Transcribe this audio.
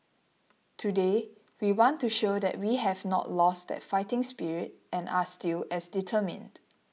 today we want to show that we have not lost that fighting spirit and are still as determined